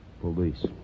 Police